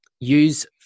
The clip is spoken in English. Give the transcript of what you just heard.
use